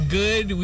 good